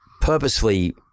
purposefully